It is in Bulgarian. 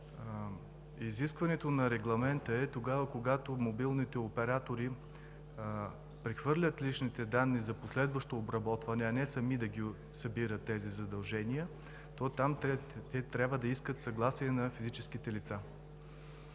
Изискването на Регламента е тогава, когато мобилните оператори прехвърлят личните данни за последващо обработване, а не сами да събират тези задължения. Трябва да искат съгласието на физическите лица.